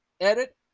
edit